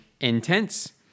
intense